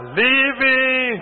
living